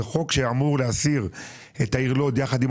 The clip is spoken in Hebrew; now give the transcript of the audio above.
זה חוק שאמור להסיר את העיר לוד יחד עם